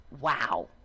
wow